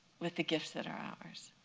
with the gifts that are ours.